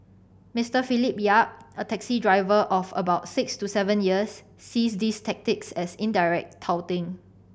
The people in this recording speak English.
Mister Philip Yap a taxi driver of about six to seven years sees these tactics as indirect touting